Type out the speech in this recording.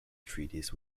treaties